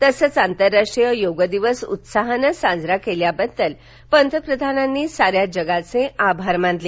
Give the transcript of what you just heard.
तसंच आंतरराष्ट्रीय योग दिवस उत्साहान साजरा केल्याबद्दल पंतप्रधानांनी साऱ्या जगाचे आभार मानले